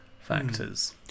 factors